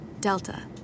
Delta